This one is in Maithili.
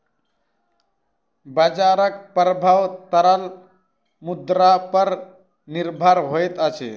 बजारक प्रभाव तरल मुद्रा पर निर्भर होइत अछि